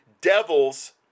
devils